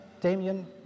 Damien